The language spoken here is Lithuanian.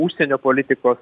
užsienio politikos